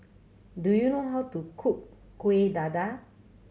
do you know how to cook Kuih Dadar